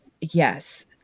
yes